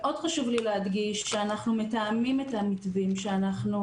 מאוד חשוב לי להדגיש שאנחנו מתאמים את המתווים שאנחנו